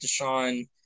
Deshaun